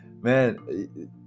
man